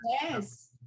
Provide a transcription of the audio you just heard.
Yes